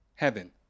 heaven